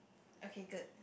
okay good